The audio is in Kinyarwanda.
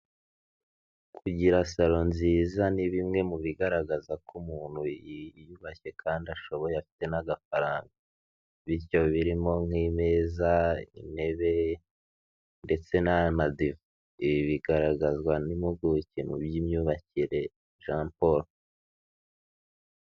Kugira salo nziza ni bimwe mu bigaragaza ko umuntu yiyubashye kandi ashoboye afite n'agafaranga, bityo birimo nk'imeza, intebe ndetse n'amadive, ibi bigaragazwa n'impuguke mu by'imyubakire Jean paul.